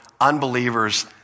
unbelievers